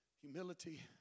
humility